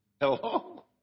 Hello